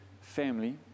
family